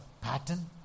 pattern